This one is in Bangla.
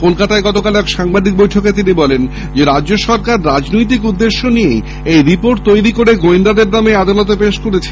কলকাতায় গতকাল এক সাংবাদিক বৈঠকে তিনি বলেন রাজ্য সরকার রাজনৈতিক উদ্দেশ্য নিয়ে এই রিপোর্ট তৈরি করে গোয়েন্দাদের নামে আদালতে পেশ করেছে